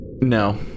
No